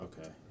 Okay